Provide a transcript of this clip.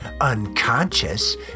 unconscious